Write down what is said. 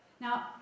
Now